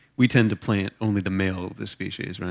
we tend to plant only the male of the species, right?